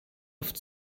oft